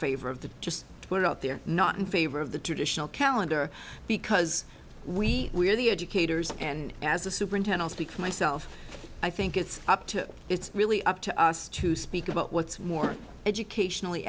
favor of the just to put it out there not in favor of the traditional calendar because we we're the educators and as a superintendent speak for myself i think it's up to it's really up to us to speak about what's more educationally